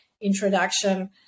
introduction